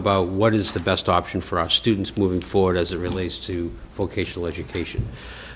about what is the best option for our students moving forward as it relates to full kaisha legislation